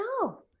no